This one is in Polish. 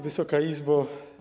Wysoka Izbo!